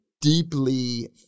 deeply